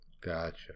Gotcha